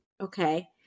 okay